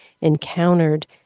encountered